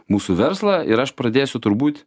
mūsų verslą ir aš pradėsiu turbūt